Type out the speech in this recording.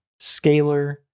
Scalar